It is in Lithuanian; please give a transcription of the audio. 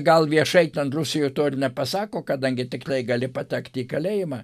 gal viešai ten rusijoj to ir nepasako kadangi tikrai gali patekti į kalėjimą